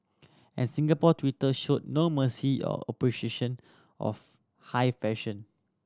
and Singapore Twitter showed no mercy or appreciation of high fashion